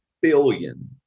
billion